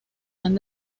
han